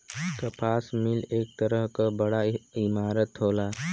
कपास मिल एक तरह क बड़ा इमारत होला